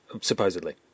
supposedly